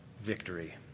victory